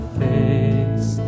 face